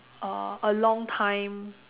uh a long time